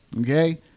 okay